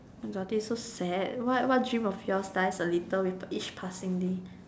my god this so sad what what dream of yours dies a little with each passing day